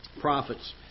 prophets